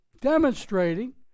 Demonstrating